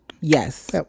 Yes